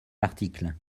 article